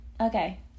Okay